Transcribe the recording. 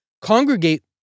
congregate